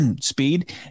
speed